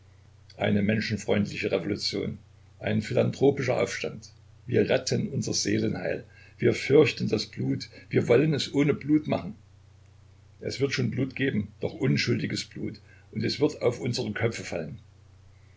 eine menschenfreundliche revolution ein philantropischer aufstand wir retten unser seelenheil wir fürchten das blut wir wollen es ohne blut machen es wird schon blut geben doch unschuldiges blut und es wird auf unsere köpfe fallen